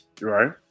right